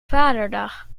vaderdag